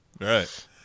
Right